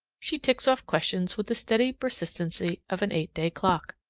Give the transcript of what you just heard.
she ticks off questions with the steady persistency of an eight-day clock.